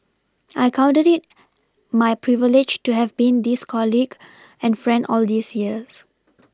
I counted it my privilege to have been this colleague and friend all these years